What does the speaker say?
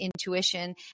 intuition